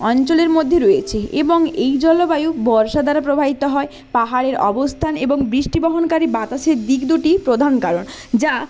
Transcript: অঞ্চলের মধ্যে রয়েছে এবং এই জলবায়ু বর্ষা দ্বারা প্রবাহিত হয় পাহাড়ের অবস্থান এবং বৃষ্টি বহনকারী বাতাসের দিক দুটি প্রধান কারণ যা